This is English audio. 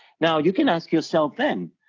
now, you can ask yourself then,